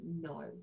no